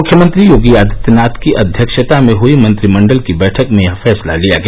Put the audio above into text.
मुख्यमंत्री योगी आदित्यनाथ की अध्यक्षता में हई मंत्रिमंडल की बैठक में यह फैसला लिया गया